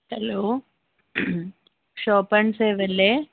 hello shop and save അല്ലേ